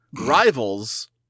rivals